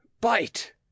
Bite